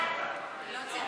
ההצעה